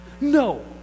No